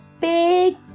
big